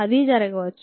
అది జరగవచ్చు